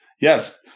Yes